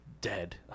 dead